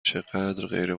چقدرغیر